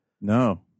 No